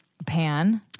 Pan